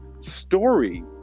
story